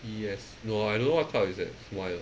yes no I don't know what club is that 什么来的